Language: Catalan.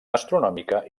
astronòmica